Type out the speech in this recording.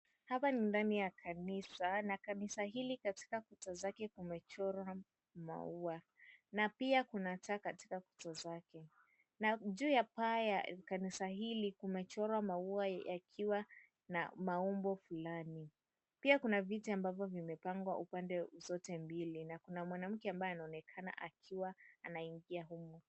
Hapa ni ndani ya kanisa na kanisa hili katika kuta zake kumechorwa maua na pia kuna taa katika kuta zake. Na juu ya paa ya kanisa hili kumechorwa maua yakiwa na maumbo fulani. Pia kuna viti ambavyo vimepangwa upande zote mbili na kuna mwanamke ambaye anaonekana akiwa anaingia humo.